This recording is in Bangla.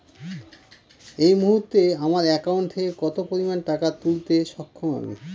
এই মুহূর্তে আমার একাউন্ট থেকে কত পরিমান টাকা তুলতে সক্ষম আমি?